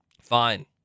fine